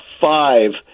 five